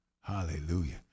Hallelujah